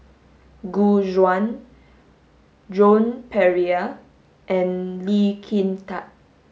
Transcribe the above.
Gu Juan Joan Pereira and Lee Kin Tat